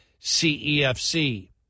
CEFC